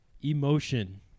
Emotion